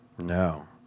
No